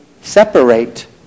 separate